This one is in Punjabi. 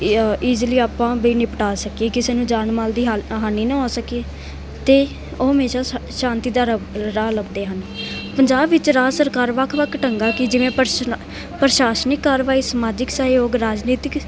ਇ ਇਜ਼ੀਲੀ ਆਪਾਂ ਵੀ ਨਿਪਟਾ ਸਕੀਏ ਕਿਸੇ ਨੂੰ ਜਾਨ ਮਾਲ ਦੀ ਹਾਲ ਹਾਨੀ ਨਾ ਹੋ ਸਕੇ ਅਤੇ ਉਹ ਹਮੇਸ਼ਾਂ ਸ਼ ਸ਼ਾਂਤੀ ਦਾ ਰ ਰਾਹ ਲੱਭਦੇ ਹਨ ਪੰਜਾਬ ਵਿੱਚ ਰਾਜ ਸਰਕਾਰ ਵੱਖ ਵੱਖ ਢੰਗਾਂ ਕੀ ਜਿਵੇਂ ਪ੍ਰਸ਼ਾਨ ਪ੍ਰਸ਼ਾਸਨਿਕ ਕਾਰਵਾਈ ਸਮਾਜਿਕ ਸਹਿਯੋਗ ਰਾਜਨੀਤਿਕ